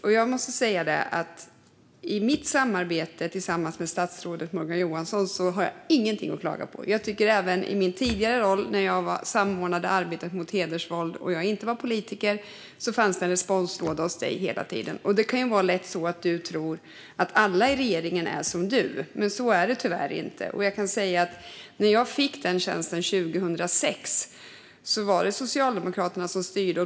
Och jag måste säga att när det gäller mitt samarbete med statsrådet Morgan Johansson har jag ingenting att klaga på. Även i min tidigare roll, när jag samordnade arbetet mot hedersvåld och jag inte var politiker, fanns det en responslåda hos dig hela tiden. Det kan lätt vara så att du tror att alla i regeringen är som du, men så är det tyvärr inte. När jag 2006 fick tjänsten som samordnare för det nationella arbetet mot hedersvåld och förtryck var det Socialdemokraterna som styrde.